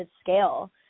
scale